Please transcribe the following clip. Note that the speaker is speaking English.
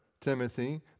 timothy